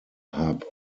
hub